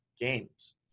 games